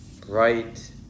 bright